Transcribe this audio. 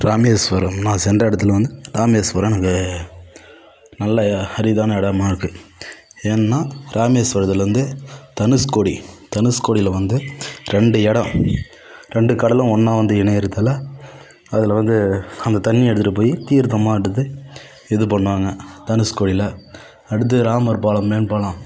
ராமேஸ்வரம் நான் சென்ற இடத்துல வந்து ராமேஸ்வரம் எனக்கு நல்ல அரிதான இடமா இருக்கு ஏன்னா ராமேஸ்வரத்துலருந்து தனுஷ்கோடி தனுஷ்கோடியில வந்து இரண்டு இடம் இரண்டு கடலும் ஒன்னாக வந்து இணையிறதால் அதில் வந்து அந்த தண்ணி எடுத்துகிட்டு போய் தீர்த்தமாக எடுத்து இது பண்ணுவாங்க தனுஷ்கோடியில அடுத்து ராமர் பாலம் மேம்பாலம்